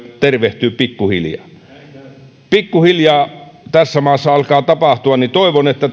tervehtyy pikkuhiljaa kun pikkuhiljaa tässä maassa alkaa tapahtua niin toivon että